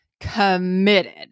committed